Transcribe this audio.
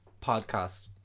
podcast